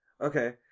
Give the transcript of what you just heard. Okay